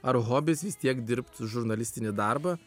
ar hobis vis tiek dirbt žurnalistinį darbą